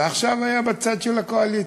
ועכשיו היה בצד של הקואליציה.